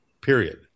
period